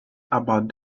about